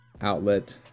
outlet